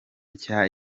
nshya